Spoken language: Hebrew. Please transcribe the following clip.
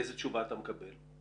איזו תשובה אתה מקבל?